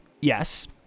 Yes